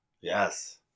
Yes